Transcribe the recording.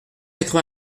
quatre